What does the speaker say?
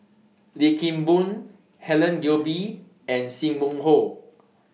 Lim Kim Boon Helen Gilbey and SIM Wong Hoo